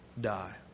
die